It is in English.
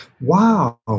Wow